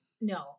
No